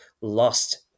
lost